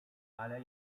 ale